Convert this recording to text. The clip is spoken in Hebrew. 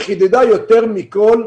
היא חידדה יותר מכל,